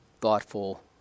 thoughtful